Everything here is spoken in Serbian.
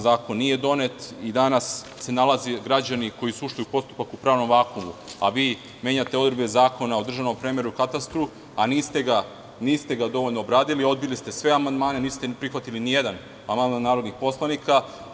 Zakon nije donet i danas se nalaze građani koji su ušli u postupak u pravnom vakuumu, a vi menjate odredbe Zakona o državnom premeru i katastru, a niste ga dovoljno obradili, odbili ste sve amandmane, niste prihvatili ni jedan amandman narodnih poslanika.